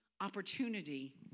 opportunity